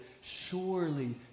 Surely